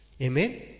Amen